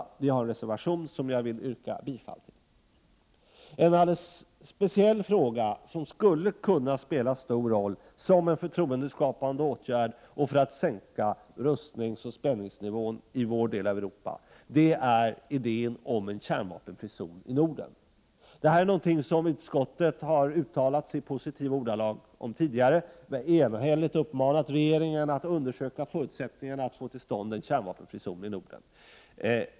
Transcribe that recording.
Jag yrkar bifall till vår reservation 1. En alldeles speciell tanke, vars genomförande skulle kunna spela stor roll som en förtroendeskapande åtgärd och för en sänkning av rustningsoch spänningsnivån i vår del av Europa, är idén om en kärnvapenfri zon i Norden. Det är något som utskottet tidigare har uttalat sig om i positiva ordalag. Man har enhälligt uppmanat regeringen att undersöka förutsättningarna att få till stånd en kärnvapenfri zon i Norden.